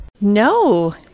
No